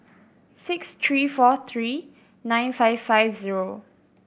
six three four three nine five five zero